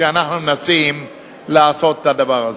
כשאנחנו מנסים לעשות את הדבר הזה.